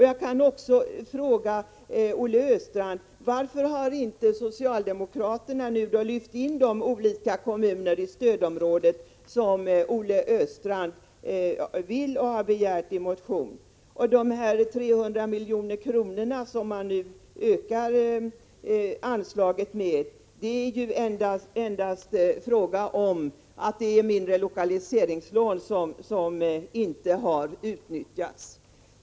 Jag vill också fråga Olle Östrand: Varför har inte socialdemokraterna nu lyft in de olika kommuner i stödområdet som Olle Östrand vill och har begärt i motion? Anslagsökningen med 300 milj.kr. avser endast mindre lokaliseringslån som inte har utnyttjats.